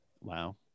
Wow